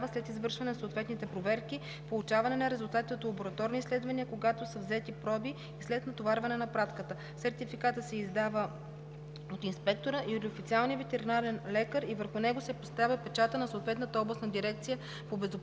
след извършване на съответните проверки, получаване на резултатите от лабораторни изследвания, когато са взети проби и след натоварването на пратката. Сертификатът се издава от инспектора или официалния ветеринарен лекар и върху него се поставя печатът на съответната областна дирекция по безопасност